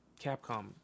Capcom